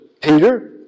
Peter